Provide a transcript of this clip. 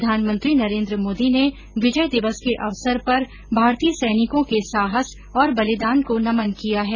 प्रधानमंत्री नरेन्द्र मोदी ने विजय दिवस के अवसर पर भारतीय सैनिकों के साहस और बलिदान को नमन किया है